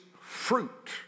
fruit